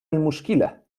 المشكلة